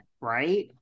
Right